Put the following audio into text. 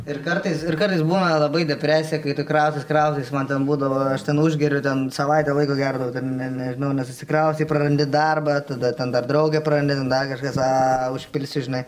ir kartais ir kartais būna labai depresija kai tu kraustais kraustais man ten būdavo aš ten užgeriu ten savaitę laiko gerdavau dar ne nežinau nesusikraustei prarandi darbą tada tada draugė prarandi ten dar kažkas a užpilsiu žinai